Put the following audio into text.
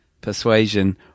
persuasion